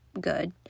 good